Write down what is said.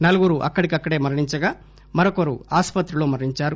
నలుగురు అక్కడికక్కడే మరణించగా మరొకరు ఆసుపత్రిలో మరణించారు